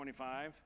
25